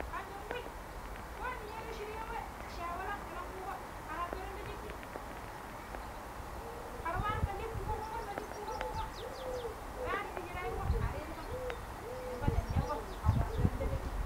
﻿Kandan we ko ninya̱re shiryewai sha walam elankuƙo ƙara peron ta cakki, ƙara wani ta ɗikiko ƙuƙo ta dikiko ƙuƙo ta ywani kiji reƙuƙo arevuƙom yamba ndang shauƙo ƙen wa peron ta sha̱ki.